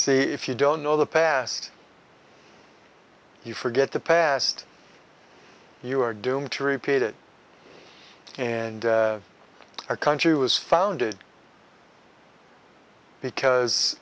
see if you don't know the past you forget the past you're doomed to repeat it and our country was founded because